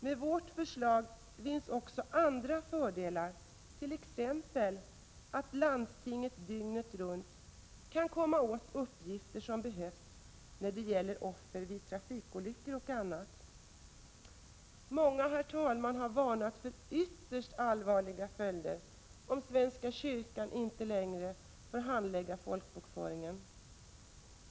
Med vårt förslag vinns också andra fördelar, t.ex. att landstingen dygnet runt kan komma åt uppgifter som behövs när det gäller offer vid trafikolyckor och annat. Herr talman! Många har varnat för ytterst allvarliga följder om svenska kyrkan inte längre får handlägga folkbokföringen.